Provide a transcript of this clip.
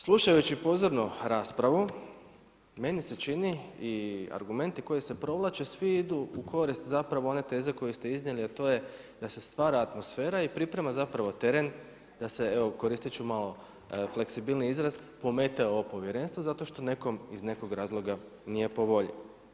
Slušajući pozorno raspravu, meni se čini i argumenti koji se provlače, svi idu u korist zapravo one teze koje ste iznijeli, a to je da se stvara atmosfera i priprema zapravo teren, da se koristi ću malo fleksibilniji izraz, pomete ovo povjerenstvo, zato što nekom iz nekog razloga nije po volji.